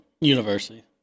university